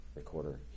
recorder